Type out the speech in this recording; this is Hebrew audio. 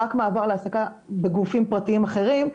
רק מעבר להעסקה בגופים פרטיים אחרים,